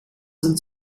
sind